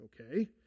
Okay